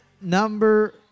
number